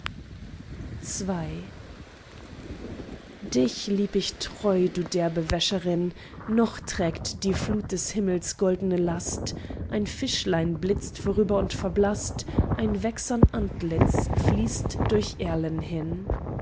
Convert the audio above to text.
dich lieb ich treu du derbe wäscherin noch trägt die flut des himmels goldene last ein fischlein blitzt vorüber und verblaßt ein wächsern antlitz fließt durch erlen hin